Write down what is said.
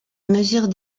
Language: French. mesure